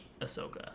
Ahsoka